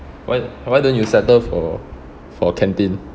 why why don't you settle for for canteen